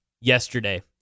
yesterday